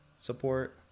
Support